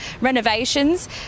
renovations